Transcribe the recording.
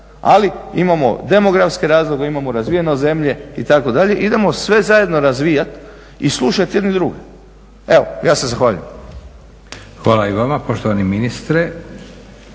ali imamo demografske razloge, imamo razvijenost zemlje itd. idemo sve zajedno razvijati i slušati jedni druge. Evo ja se zahvaljujem.